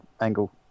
angle